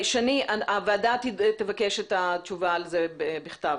הוועדה תבקש את התשובה בכתב.